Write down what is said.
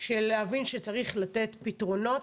להבין שצריך לתת פתרונות.